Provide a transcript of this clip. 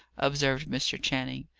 observed mr. channing.